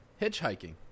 Hitchhiking